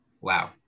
Wow